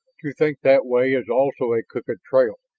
to think that way is also a crooked trail.